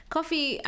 Coffee